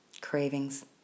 cravings